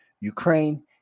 Ukraine